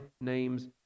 name's